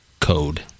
code